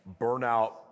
burnout